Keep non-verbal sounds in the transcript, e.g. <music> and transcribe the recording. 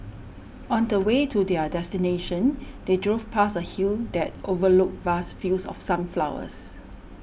<noise> on the way to their destination they drove past a hill that overlooked vast fields of sunflowers